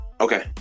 Okay